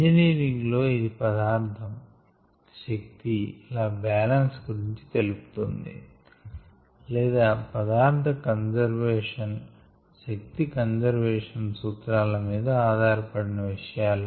engineering లో ఇది పదార్ధము శక్తి ల బ్యాలెన్స్ గురించి తెలుపుతుంది లేదా పదార్ధ కంజర్వేషన్ శక్తి కంజర్వేషన్ సూత్రాలు మీద ఆధారపడిన విషయాలు